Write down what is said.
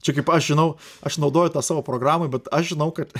čia kaip aš žinau aš naudoju tą savo programoj bet aš žinau kad